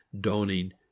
dawning